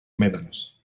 médanos